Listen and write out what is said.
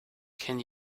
can